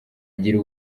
gira